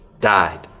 died